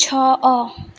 ଛଅ